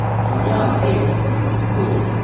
peng yang ate pang tong's food,